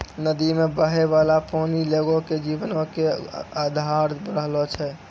नदी मे बहै बाला पानी लोगो के जीवनो के अधार रहलो छै